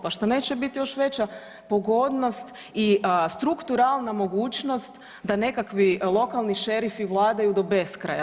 Pa šta neće biti još veća pogodnost i strukturalna mogućnost da nekakvi lokalni šerifi vladaju do beskraja.